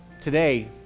today